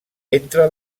entre